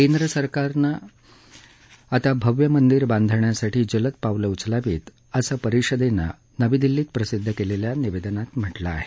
केंद्र सरकारनं अता भव्य मंदिर बांधण्यासाठी जलद पावलं उचलावीत असं परिषदेनं नवी दिल्लीत प्रसिद्ध केलेल्या निवेदनात म्हटलं आहे